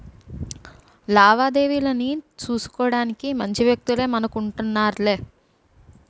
లావాదేవీలన్నీ సూసుకోడానికి మంచి వ్యక్తులే మనకు ఉంటన్నారులే